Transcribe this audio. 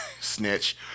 snitch